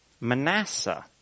Manasseh